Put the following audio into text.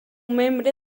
membre